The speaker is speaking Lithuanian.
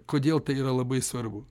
kodėl tai yra labai svarbu